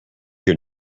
your